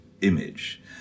image